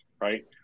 right